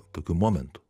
tokių momentų